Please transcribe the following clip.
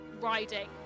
riding